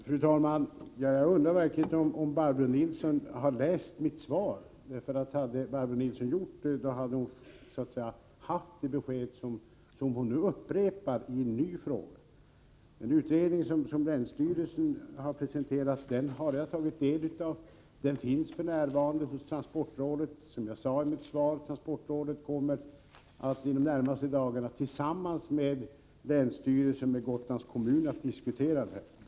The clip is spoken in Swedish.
Fru talman! Jag undrar om Barbro Nilsson i Visby verkligen har läst mitt svar. Om Barbro Nilsson hade gjort det, skulle hon ha haft det besked som hon nu efterlyser i en ny fråga. Den utredning som länsstyrelsen på Gotland presenterat har jag tagit del av, och den finns f. n. hos transportrådet. Som jag sade i mitt svar kommer transportrådet tillsammans med länsstyrelsen på Gotland och Gotlands kommun att diskutera den här frågan.